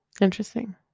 Interesting